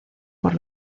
por